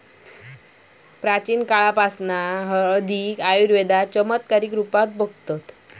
प्राचीन काळापासना हळदीक आयुर्वेदात चमत्कारीक रुपात बघतत